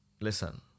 listen